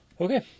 Okay